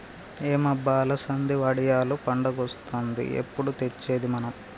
ఏం అబ్బ అలసంది వడియాలు పండగొస్తాంది ఎప్పుడు తెచ్చేది మనం